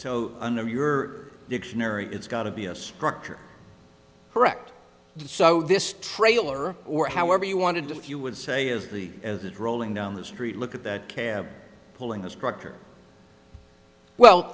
so under your dictionary it's got to be a structure correct so this trailer or however you wanted to if you would say is the as it rolling down the street look at that pulling his proctor well